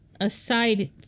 aside